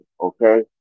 Okay